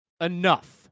Enough